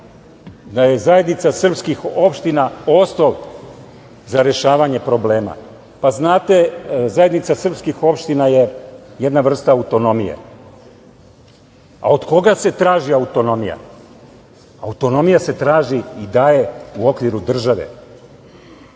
da je zajednica srpskih opština osnov za rešavanje problema. Pa, znate, zajednica srpskih opština je jedna vrsta autonomije. Od koga se traži autonomija? Autonomija se traži i daje u okviru države.